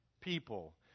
people